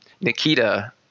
Nikita